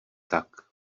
tak